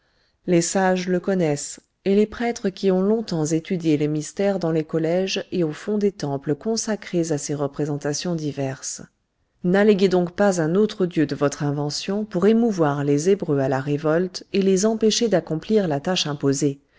les sages le connaissent et les prêtres qui ont longtemps étudié les mystères dans les collèges et au fond des temples consacrés à ses représentations diverses n'alléguez donc pas un autre dieu de votre invention pour émouvoir les hébreux à la révolte et les empêcher d'accomplir la tâche imposée